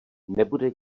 nebude